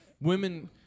women